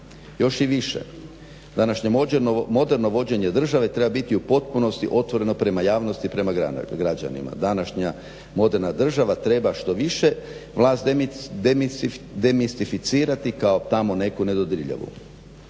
Još i više, današnje moderno vođenje države treba biti u potpunosti otvoreno prema javnosti i prema građanima. Današnja moderna država treba što više vlast demistificirati kao tamo neku nedodirljivu.